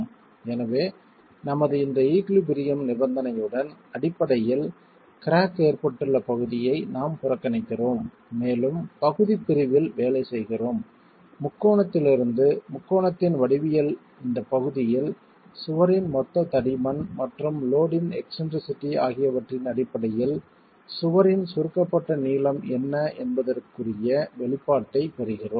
எனவே நமது இந்த ஈகுலிபிரியம் நிபந்தனையுடன் அடிப்படையில் கிராக் ஏற்பட்டுள்ள பகுதியை நாம் புறக்கணிக்கிறோம் மேலும் பகுதிப் பிரிவில் வேலை செய்கிறோம் முக்கோணத்திலிருந்து முக்கோணத்தின் வடிவியல் இந்த பகுதியில் சுவரின் மொத்த தடிமன் மற்றும் லோட் இன் எக்ஸ்ன்ட்ரிசிட்டி ஆகியவற்றின் அடிப்படையில் சுவரின் சுருக்கப்பட்ட நீளம் என்ன என்பதற்குரிய வெளிப்பாட்டை பெறுகிறோம்